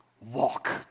walk